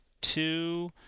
two